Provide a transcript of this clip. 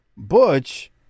Butch